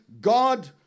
God